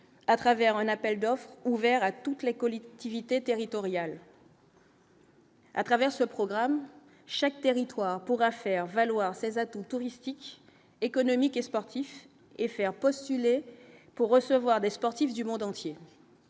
à travers un appel d'offres ouvert à toutes les collectivités territoriales. à travers ce programme chaque territoire pourra faire valoir ses atouts touristiques économiques et sportifs et faire postuler pour recevoir des sportifs du monde entier,